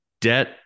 debt